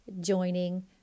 joining